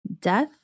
death